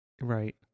Right